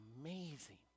amazing